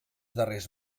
darreres